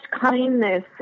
kindness